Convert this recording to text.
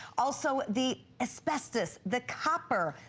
also the asbestos, the copper,